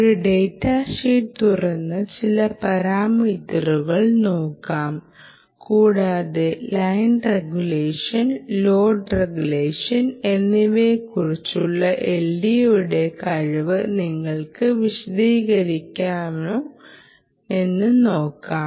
ഒരു data sheet തുറന്ന് ചില പാരാമീറ്ററുകൾ നോക്കാം കൂടാതെ ലൈൻ റെഗുലേഷൻ ലോഡ് റെഗുലേഷൻ എന്നിവയിലേക്കുള്ള LDO യുടെ കഴിവ് ഞങ്ങൾക്ക് വിശദീകരിക്കാനാകുമോ എന്ന് നോക്കാം